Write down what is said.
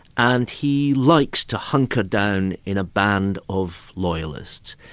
and he likes to hunker down in a band of loyalists.